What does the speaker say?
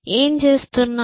ఎం చేస్తున్నాం